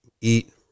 Eat